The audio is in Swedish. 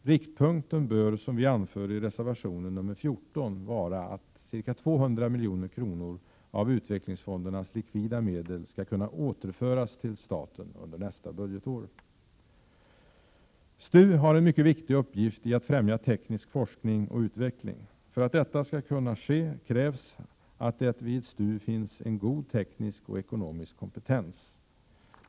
Riktpunkten bör, som vi anför i reservationen nr 14, vara att ca 200 milj.kr. av utvecklingsfondernas likvida medel skall kunna återföras till staten under nästa budgetår. STU har en mycket viktig uppgift i att främja teknisk forskning och utveckling. För att detta skall kunna ske krävs att det vid STU finns en god teknisk och ekonomisk kompetens.